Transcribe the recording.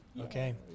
Okay